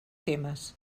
temes